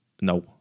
no